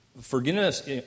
Forgiveness